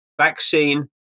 vaccine